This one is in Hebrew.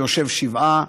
שיושב שבעה,